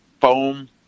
foam